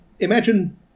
Imagine